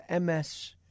MS